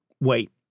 Wait